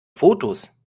fotos